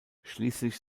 schließlich